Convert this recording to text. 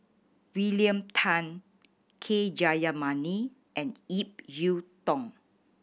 William Tan K Jayamani and Ip Yiu Tung